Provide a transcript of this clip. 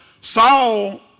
Saul